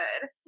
good